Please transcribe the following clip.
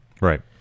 Right